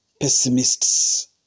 pessimists